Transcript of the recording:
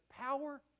power